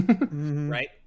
Right